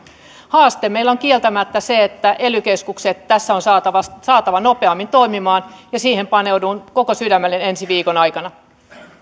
haaste meillä on kieltämättä se että ely keskukset tässä on saatava saatava nopeammin toimimaan ja siihen paneudun koko sydämelläni ensi viikon aikana